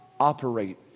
operate